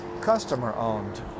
customer-owned